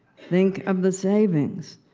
think of the savings!